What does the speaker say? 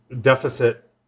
deficit